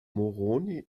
moroni